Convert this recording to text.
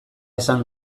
esan